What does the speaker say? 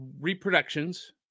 reproductions